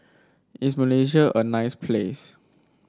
is Malaysia a nice place